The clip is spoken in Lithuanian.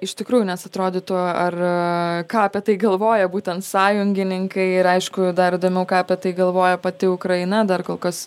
iš tikrųjų nes atrodytų ar ką apie tai galvoja būtent sąjungininkai ir aišku dar įdomiau ką apie tai galvoja pati ukraina dar kol kas